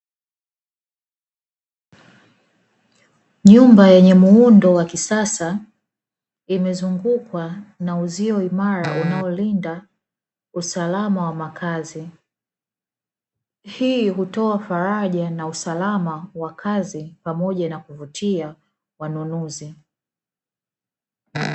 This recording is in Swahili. Nyumba yenye muundo wa kisasa imezungukwa na uzio imara unaolinda usalama wa makazi, hii hutoa faraja na usalama wa kazi pamoja na kuvutia wanunuzi.